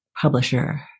publisher